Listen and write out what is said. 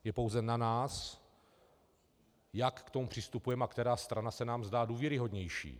Je pouze na nás, jak k tomu přistupujeme a která strana se nám zdá důvěryhodnější.